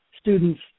students